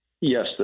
Yes